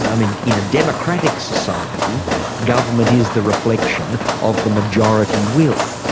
i mean, in a democratic society government is the reflection of the majority will.